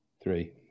three